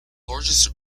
largest